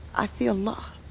i feel lost.